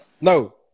no